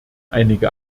einige